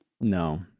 No